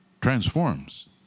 transforms